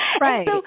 Right